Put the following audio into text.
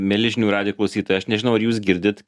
mieli žinių radijo klausytojai aš nežinau ar jūs girdit